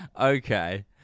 Okay